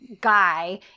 guy